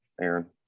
Aaron